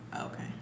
Okay